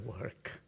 work